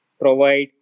provide